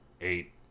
eight